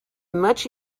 much